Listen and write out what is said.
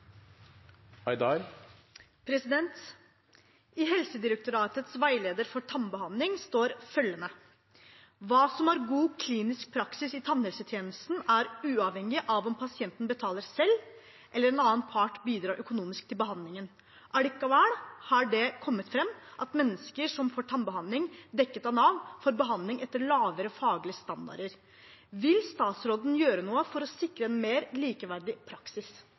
Helsedirektoratets veileder for tannbehandling står følgende: Hva som er god klinisk praksis i tannhelsetjenesten, er uavhengig av om pasienten betaler selv eller en annen part bidrar økonomisk til behandlingen. Allikevel har det kommet fram at mennesker som får tannbehandling dekket av Nav, får behandling etter lavere faglige standarder. Vil statsråden gjøre noe for å sikre en mer likeverdig praksis?»